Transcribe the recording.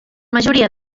majoria